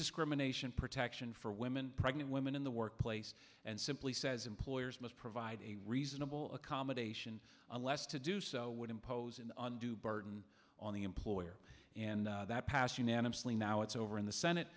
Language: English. discrimination protection for women pregnant women in the workplace and simply says employers must provide a reasonable accommodation unless to do so would impose an undue burden on the employer and that passed unanimously now it's over in the